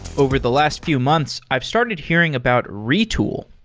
over the last few months, i've started hearing about retool.